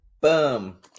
boom